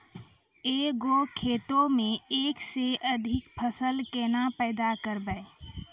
एक गो खेतो मे एक से अधिक फसल केना पैदा करबै?